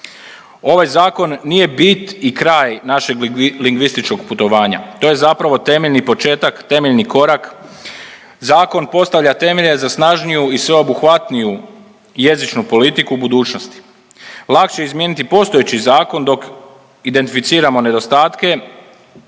Ovaj zakon nije bit i kraj našeg lingvističkog putovanja. To je zapravo temeljni početak, temeljni korak. Zakon postavlja temelje za snažniju i sveobuhvatniju jezičnu politiku budućnost. Lakše je izmijeniti postojeći zakon dok identificiramo nedostatke